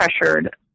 pressured